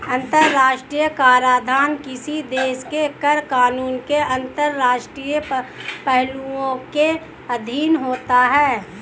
अंतर्राष्ट्रीय कराधान किसी देश के कर कानूनों के अंतर्राष्ट्रीय पहलुओं के अधीन होता है